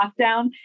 lockdown